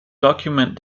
document